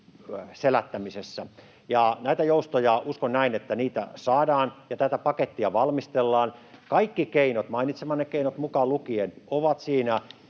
selättämisessä. Uskon, että näitä joustoja saadaan, ja tätä pakettia valmistellaan. Kaikki keinot, mainitsemanne keinot mukaan lukien, ovat siinä